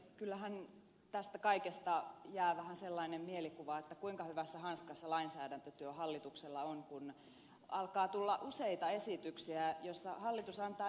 kyllähän tästä kaikesta jää vähän sellainen mielikuva että kuinka hyvässä hanskassa lainsäädäntötyö hallituksella on kun alkaa tulla useita esityksiä joissa hallitus antaa esityksiä